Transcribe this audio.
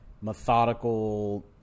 methodical –